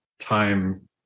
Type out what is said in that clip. time